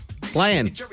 playing